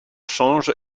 change